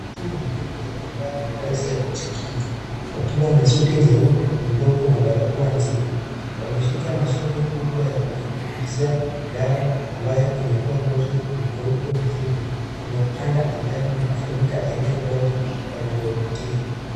Watu wawili wamevaa mavazi ya kujikinga wakiwa na suti nyeupe (cs)glovu(cs) na barakoa nzito. Wameshika mashini kubwa ya kufukuzia dawa ambayo inatoa moshi mweupe mzito, unaotanda angani na kufunika eneo lote wanalopitia.